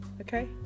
okay